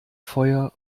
feuer